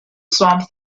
swamp